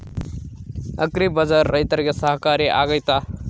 Agri Bazaar ರೈತರಿಗೆ ಸಹಕಾರಿ ಆಗ್ತೈತಾ?